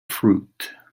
fruit